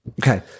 Okay